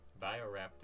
Bioraptor